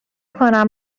کنم